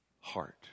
heart